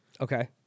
Okay